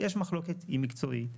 יש מחלוקת, היא מקצועית.